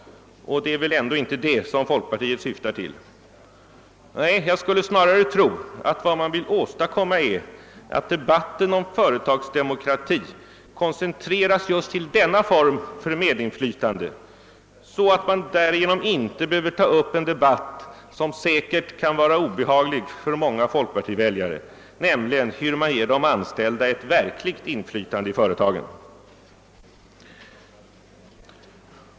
Och det är väl ändå inte det som folkpartiet syftar till? Nej, jag skulle snarare tro att vad man vill åstadkomma är att debatten om företagsdemokrati koncentreras just till denna form för medinfytande, för att man därigenom inte skall behöva ta en debatt som säkerligen kan vara obehaglig för många folkpartiväljare, nämligen om hur man ger de anställda ett verkligt inflytande i företagen.